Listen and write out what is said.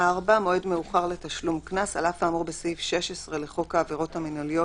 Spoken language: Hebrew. מועד מאוחר לתשלום קנס על אף האמור בסעיף 16 לחוק העבירות המינהליות